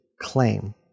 claim